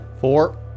Four